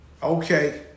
Okay